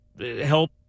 help